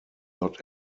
not